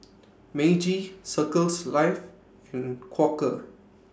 Meiji Circles Life and Quaker